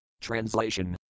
Translation